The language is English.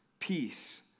Peace